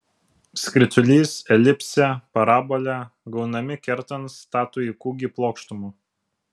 skritulys elipsė parabolė gaunami kertant statųjį kūgį plokštuma